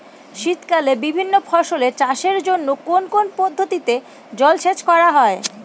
শীতকালে বিভিন্ন ফসলের চাষের জন্য কোন কোন পদ্ধতিতে জলসেচ করা হয়?